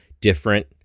different